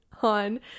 on